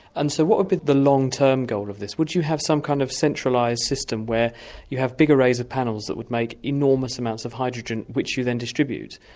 and so, what would be the long term goal of this? would you have some kind of centralised system where you have big arrays of panels that would make enormous amounts of hydrogen which you then distribute,